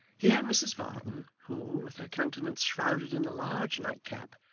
here mrs varden, who, with her countenance shrouded in a large nightcap,